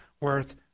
worth